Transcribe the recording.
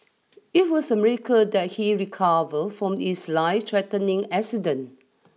it was a miracle that he recover from his lifethreatening accident